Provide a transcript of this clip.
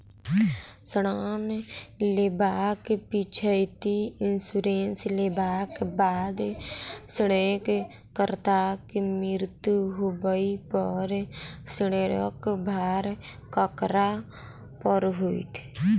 ऋण लेबाक पिछैती इन्सुरेंस लेबाक बाद ऋणकर्ताक मृत्यु होबय पर ऋणक भार ककरा पर होइत?